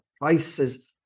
prices